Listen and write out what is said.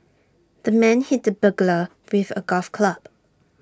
the man hit the burglar with A golf club